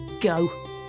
Go